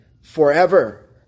forever